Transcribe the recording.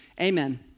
Amen